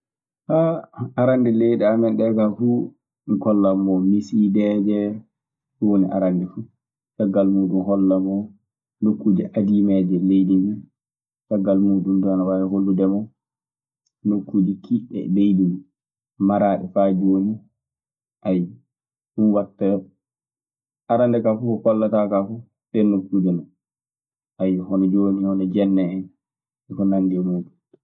Arannde leyɗe amen ɗee kaa fuu, kollamo misiideeje; ɗum woni arannde. Caggal muuɗum mi hollamo nokkuuje adiimeeje leydi ndii; caggal muuɗum duu ana waawi